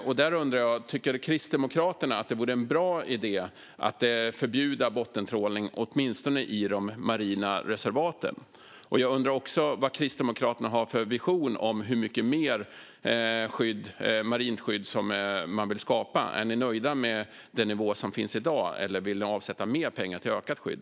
Jag undrar om Kristdemokraterna tycker att det vore en bra idé att förbjuda bottentrålning i åtminstone de marina reservaten. Jag undrar också vad Kristdemokraterna har för vision om hur mycket mer marint skydd som de vill skapa. Är ni nöjda med den nivå som finns i dag, eller vill ni avsätta mer pengar till ökat skydd?